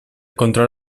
control